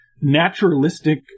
naturalistic